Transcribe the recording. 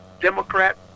Democrat